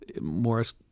Morris